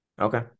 Okay